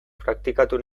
praktikatu